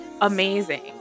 amazing